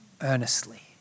earnestly